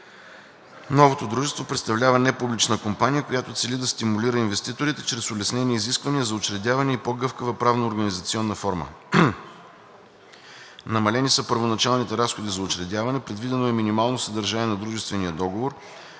Новото дружество представлява непублична компания, която цели да стимулира инвеститорите чрез улеснени изисквания за учредяване и по-гъвкава правно-организационна форма. Намалени са първоначалните разходи за учредяване, предвидено е минимално съдържание на дружествения договор,